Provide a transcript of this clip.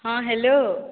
ହଁ ହ୍ୟାଲୋ